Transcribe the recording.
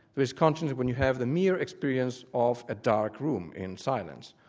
there's consciousness when you have the mere experience of a dark room in silence,